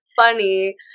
funny